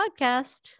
podcast